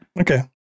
Okay